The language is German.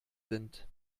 sind